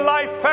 Life